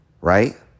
right